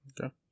Okay